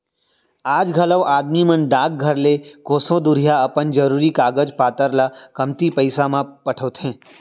आज घलौ आदमी मन डाकघर ले कोसों दुरिहा अपन जरूरी कागज पातर ल कमती पइसा म पठोथें